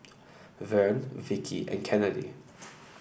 Vern Vickie and Kennedy